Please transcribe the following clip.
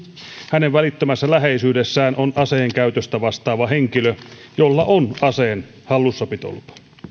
hänen välittömässä läheisyydessään on aseen käytöstä vastaava henkilö jolla on aseen hallussapitolupa